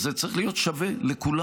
זה צריך להיות שווה לכולם.